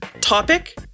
Topic